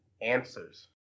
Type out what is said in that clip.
answers